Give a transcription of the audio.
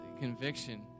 conviction